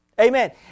Amen